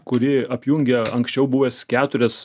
kuri apjungia anksčiau buvęs keturias